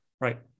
Right